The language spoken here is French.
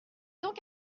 donc